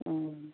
অঁ